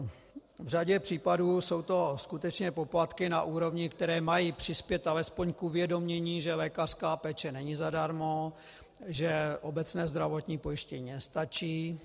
V řadě případů jsou to skutečně poplatky na úrovni, které mají přispět alespoň k uvědomění, že lékařská péče není zadarmo, že obecné zdravotní pojištění nestačí.